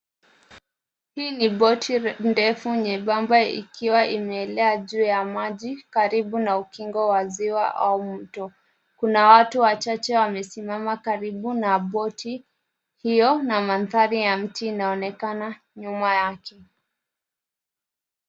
Hii ni [cs ] boti[cs ] refu nyembamba ikiwa imeelea juu ya maji karibu na kingo ya ziwa au mto. Kuna watu wachache wamesimama karibu na [cs ] boti[cs ] hiyo na mandhari ya mti inaonekana nyuma yake.